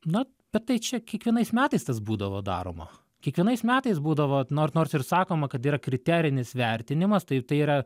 na bet tai čia kiekvienais metais tas būdavo daroma kiekvienais metais būdavo nor nors ir sakoma kad yra kriterinis vertinimas tai tai yra